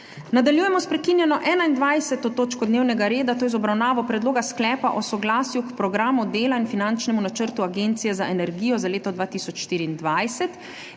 Nadaljujemo s prekinjeno21. točko dnevnega reda, to je z obravnavo Predloga sklepa o soglasju k Programu dela in finančnemu načrtu Agencije za energijo za leto 2024.